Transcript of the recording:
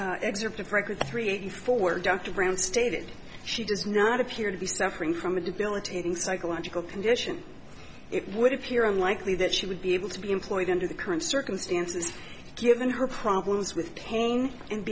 record three eighty four dr brown stated she does not appear to be suffering from a debilitating psychological condition it would appear unlikely that she would be able to be employed under the current circumstances given her problems with pain and